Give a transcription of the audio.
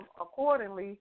accordingly